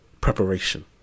preparation